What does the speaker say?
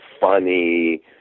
funny